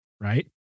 right